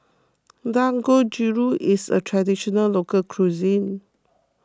Dangojiru is a Traditional Local Cuisine